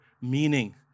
meaning